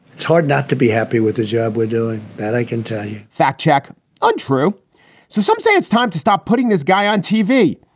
it's hard not to be happy with the job we're doing that i can tell you fact-check untrue so some say it's time to stop putting this guy on tv.